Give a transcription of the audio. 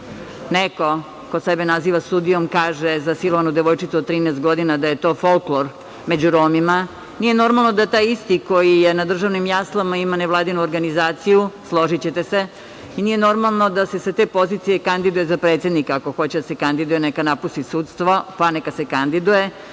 neko ko sebe naziva sudijom kaže za silovanu devojčicu od 13 godina da je to folklor među Romima. Nije normalno da taj isti ko je na državnim jaslama ima nevladinu organizaciju, složićete se. Nije normalno da se sa te pozicije kandiduje za predsednika. Ako hoće da se kandiduje, neka napusti sudstvo, pa neka se kandiduje.